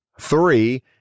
Three